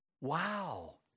Wow